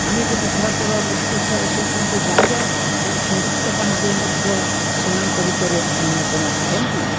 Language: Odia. ଆମେ ଯଦି ଭାରତର ନୃତ୍ୟ ଶିଳ୍ପୀକୁ ଜାଣିବା ତେଣୁ ସଂଯୁକ୍ତା ପାଣିଗ୍ରାହୀ ମଧ୍ୟ ସେମାନଙ୍କ ଭିତରେ ଅନ୍ୟତମ ଅଟନ୍ତି